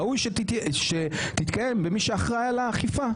ראוי שהדיון יתקיים אצל מי שאחראי על האכיפה,